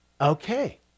Okay